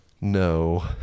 No